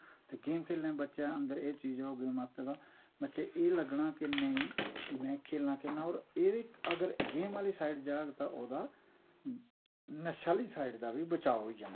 ते गेम खेलन नै बच्चै अन्दर एह् चीज होग गेमै आस्तै तां बच्चे ई एह् लग्गना के नेईं में खेलने गै खेलना और एह्दे अगर गेम आह्ली साइड जाह्ग तां ओह्दा नशे आह्ली साइड दा बी बचाव होई जाना